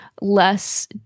less